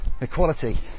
equality